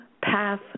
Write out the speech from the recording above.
path